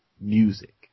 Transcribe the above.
music